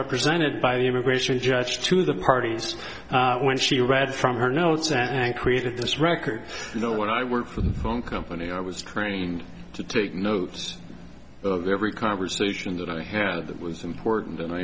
represented by the immigration judge to the parties when she read from her notes and created this record you know when i worked for the phone company i was trained to take notes of every conversation that i had that was important and i